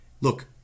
Look